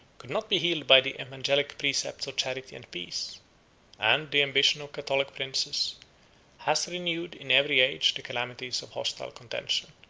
could not be healed by the evangelic precepts of charity and peace and the ambition of catholic princes has renewed in every age the calamities of hostile contention.